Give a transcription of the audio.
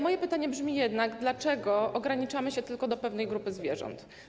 Moje pytanie brzmi jednak, dlaczego ograniczamy się tylko do pewnej grupy zwierząt.